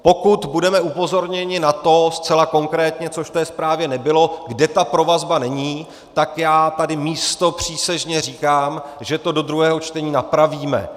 Pokud budeme upozorněni na to zcela konkrétně, což v té zprávě nebylo, kde ta provazba není, tak já tady místopřísežně říkám, že to do druhého čtení napravíme.